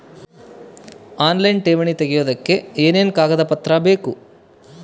Online ಠೇವಣಿ ತೆಗಿಯೋದಕ್ಕೆ ಏನೇನು ಕಾಗದಪತ್ರ ಬೇಕು?